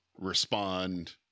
respond